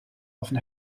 offen